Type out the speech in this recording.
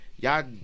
Y'all